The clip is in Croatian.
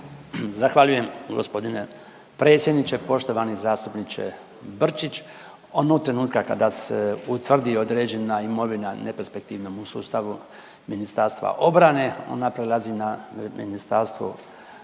Zahvaljujem gospodine predsjedniče. Poštovani zastupniče Brčić, onog trenutka kada se utvrdi određena imovina neperspektivnom u sustavu Ministarstva obrane ona prelazi na Ministarstvo